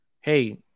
hey